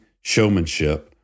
showmanship